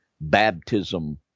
Baptism